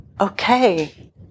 okay